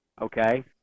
Okay